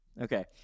okay